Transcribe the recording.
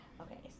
Okay